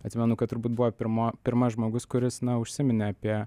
atsimenu kad turbūt buvo pirmo pirmas žmogus kuris na užsiminė apie